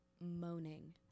moaning